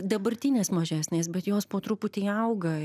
dabartinės mažesnės bet jos po truputį auga